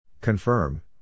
Confirm